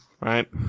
right